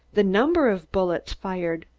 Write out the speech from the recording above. the number of bullets fired.